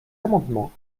amendements